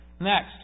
next